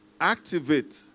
Activate